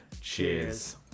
Cheers